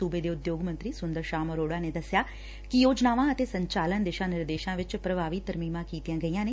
ਸੁਬੇ ਦੇ ਉਦਯੋਗ ਮੰਤਰੀ ਸੂੰਦਰ ਸ਼ਾਮ ਅਰੋਤਾ ਨੇ ਦਸਿਆ ਕਿ ਯੋਜਨਾਵਾਂ ਅਤੇ ਸੰਚਾਲਨ ਦਿਸ਼ਾ ਨਿਰਦੇਸ਼ਾਂ ਵਿਚ ਪ੍ਰਭਾਵੀ ਤਰਮੀਮਾਂ ਕੀਤੀਆਂ ਗਈਆਂ ਨੇ